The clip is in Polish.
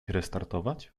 restartować